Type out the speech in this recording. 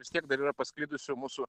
vis tiek dar yra pasklidusių mūsų